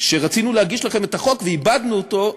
כשרצינו להגיש לכם את החוק ועיבדנו אותו,